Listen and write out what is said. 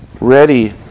ready